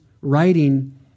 writing